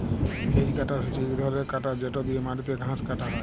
hedge cutter হছে ইক ধরলের কাটার যেট দিঁয়ে মাটিতে ঘাঁস কাটা হ্যয়